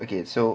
okay so